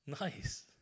Nice